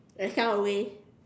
and sell away